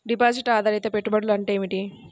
Deposit ఆధారిత పెట్టుబడులు అంటే ఏమిటి?